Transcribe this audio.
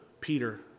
Peter